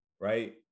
Right